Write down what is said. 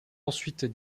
ensuite